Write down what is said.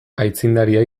aitzindaria